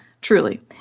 truly